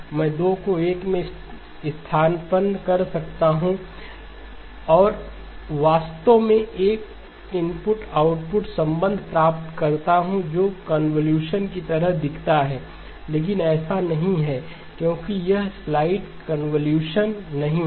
मैं 2 को 1 में स्थानापन्न कर सकता हूं और वास्तव में एक इनपुट आउटपुट संबंध प्राप्त करता हूं जो कन्वॉल्यूशन की तरह दिखता है लेकिन ऐसा नहीं है क्योंकि यह स्लाइडिंग कन्वॉल्यूशन नहीं है